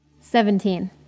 Seventeen